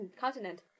Continent